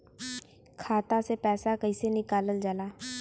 खाता से पैसा कइसे निकालल जाला?